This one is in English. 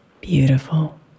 beautiful